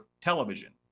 television